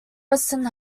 western